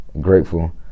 grateful